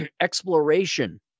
Exploration